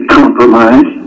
compromise